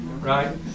Right